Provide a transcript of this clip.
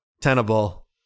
tenable